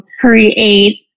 create